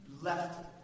Left